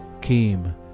came